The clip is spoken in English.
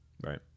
Right